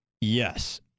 Yes